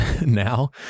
now